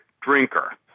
drinker